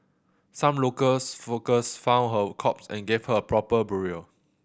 some locals for workers found her corpse and gave her a proper burial